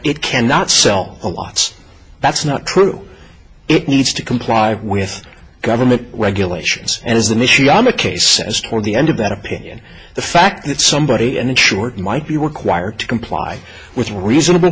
it cannot sell a lots that's not true it needs to comply with government regulations and as an issue i'm a case as for the end of that opinion the fact that somebody and short might be were quire to comply with reasonable